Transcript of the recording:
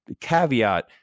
caveat